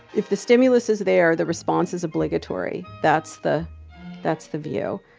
if the stimulus is there, the response is obligatory. that's the that's the view.